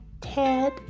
Ted